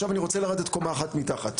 עכשיו אני רוצה לרדת קומה אחת מתחת.